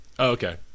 Okay